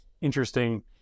interesting